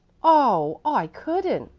oh, i couldn't,